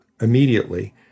immediately